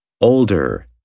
older